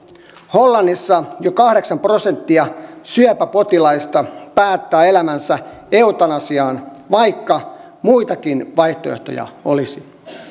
hollannissa jo kahdeksan prosenttia syöpäpotilaista päättää elämänsä eutanasiaan vaikka muitakin vaihtoehtoja olisi